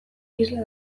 isla